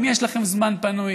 אם יש לכם זמן פנוי,